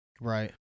Right